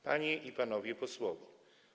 Panie i Panowie Posłowie!